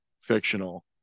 fictional